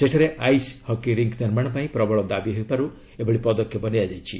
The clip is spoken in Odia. ସେଠାରେ ଆଇସ୍ ହକି ରିଙ୍କ୍ ନିର୍ମାଣ ପାଇଁ ପ୍ରବଳ ଦାବି ହେବାରୁ ଏଭଳି ପଦକ୍ଷେପ ନିଆଯାଇଛି